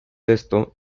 esto